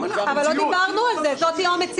אבל לא דיברנו על זה, זאת תהיה המציאות.